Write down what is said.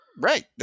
Right